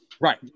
Right